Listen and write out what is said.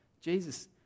Jesus